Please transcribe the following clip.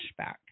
pushback